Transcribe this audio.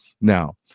Now